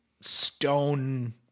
stone